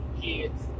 kids